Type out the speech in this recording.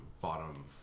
bottom